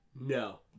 No